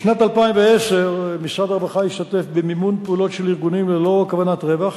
בשנת 2010 משרד הרווחה השתתף במימון פעולות של ארגונים ללא כוונת רווח,